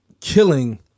killing